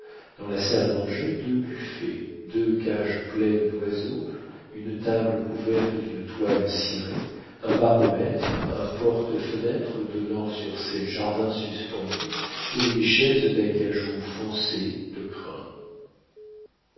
dans la salle à manger deux buffets deux cages pleines d'oiseaux une table couverte d'une toile cirée un baromètre une porte-fenêtre donnant sur ses jardins suspendus et des chaises d'acajou foncées de crin